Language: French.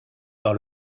par